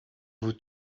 vous